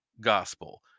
gospel